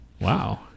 Wow